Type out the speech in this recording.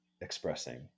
expressing